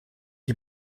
die